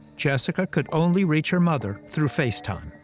jessica could only reach her mother through facetime.